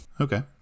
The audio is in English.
Okay